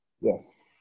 Yes